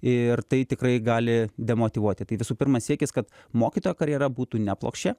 ir tai tikrai gali demotyvuoti tai visų pirma siekis kad mokytojo karjera būtų ne plokščia